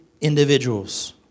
individuals